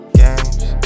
games